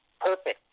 Perfect